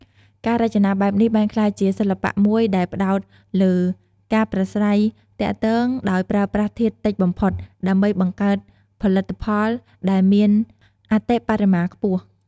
ការរចនាបែបនេះបានក្លាយជា សិល្បៈមួយដែលផ្ដោតលើការប្រាស្រ័យទាក់ទង ដោយប្រើប្រាស់ធាតុតិចបំផុត ដើម្បីបង្កើតផលិតផលដែលមានអតិបរមាខ្ពស់ ។